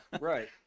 right